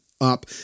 up